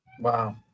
Wow